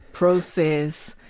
process,